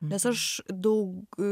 nes aš daug